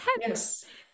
Yes